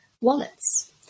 wallets